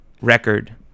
record